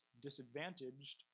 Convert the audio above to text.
disadvantaged